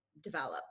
develop